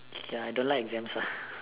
ya I don't like exams ah